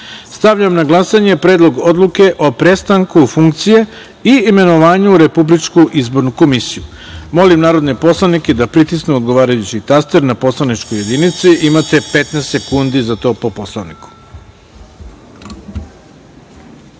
na glasanje Predlog odluke o prestanku funkcije i imenovanju u Republičku izbornu komisiju. Molim narodne poslanike da pritisnu odgovarajući taster na poslaničkoj jedinici. Imate 15 sekundi za to, po